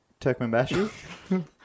Turkmenbashi